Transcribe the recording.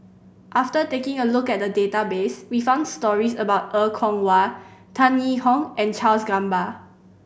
after taking a look at the database we found stories about Er Kwong Wah Tan Yee Hong and Charles Gamba